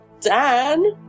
Dan